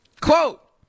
quote